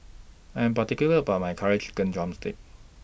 I Am particular about My Curry Chicken Drumstick